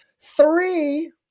Three